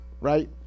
right